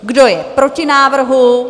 Kdo je proti návrhu?